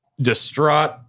distraught